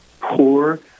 poor